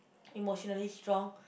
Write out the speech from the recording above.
emotionally strong